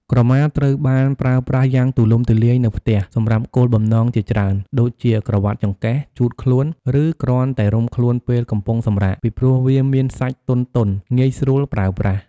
ក្រមាត្រូវបានប្រើប្រាស់យ៉ាងទូលំទូលាយនៅផ្ទះសម្រាប់គោលបំណងជាច្រើន ដូចជាក្រវាត់ចង្កេះ ជូតខ្លួន ឬគ្រាន់តែរុំខ្លួនពេលកំពុងសម្រាក ពីព្រោះវាមានសាច់ទន់ៗងាយស្រួលប្រើប្រាស់។